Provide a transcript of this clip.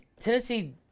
Tennessee